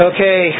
Okay